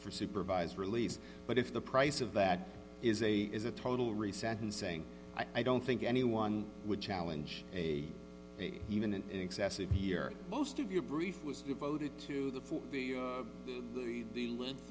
for supervised release but if the price of that is a is a total reset and saying i don't think anyone would challenge a even an excessive year most of your brief was devoted to the for the length